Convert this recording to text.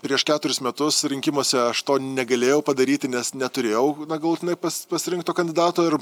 prieš keturis metus rinkimuose aš to negalėjau padaryti nes neturėjau na galutinai pas pasirinkto kandidato ir